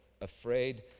afraid